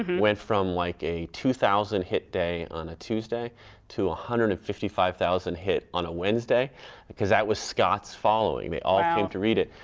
went from, like, a two thousand hit day on a tuesday to a one hundred and fifty five thousand hit on a wednesday because that was scott's following. they all came to read it.